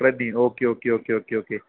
ready okay okay okay okay okay